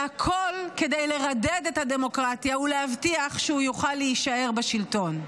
והכול כדי לרדד את הדמוקרטיה ולהבטיח שהוא יוכל להישאר בשלטון.